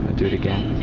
ah do it again.